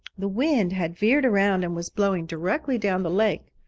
the wind had veered around and was blowing directly down the lake,